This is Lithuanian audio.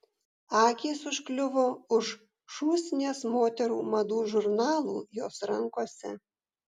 akys užkliuvo už šūsnies moterų madų žurnalų jos rankose